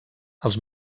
els